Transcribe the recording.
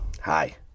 hi